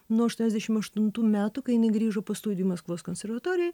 nuo aštuoniasdešim aštuntų metų kai jinai grįžo po studijų maskvos konservatorijoj